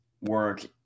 work